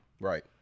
right